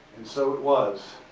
and so it was.